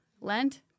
Lent